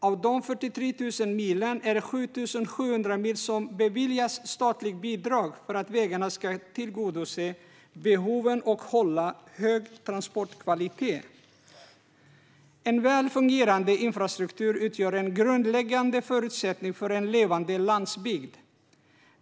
Av dessa 43 000 mil är det 7 700 mil som beviljas statsbidrag för att vägarna ska tillgodose behoven och hålla hög transportkvalitet. En väl fungerande infrastruktur utgör en grundläggande förutsättning för en levande landsbygd.